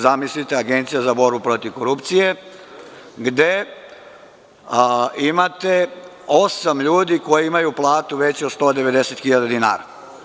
Zamislite Agencija za borbu protiv korupcije gde imate osam ljudi koji imaju platu veću od 190.000 dinara.